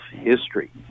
history